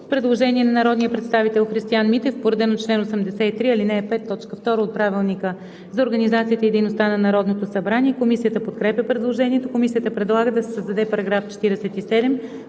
Предложение на народния представител Христиан Митев по реда на чл. 83, ал. 5. т. 2 от Правилника за организация и дейността на Народното събрание. Комисията подкрепя предложението. Комисията предлага да се създаде § 47: „§ 47.